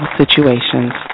situations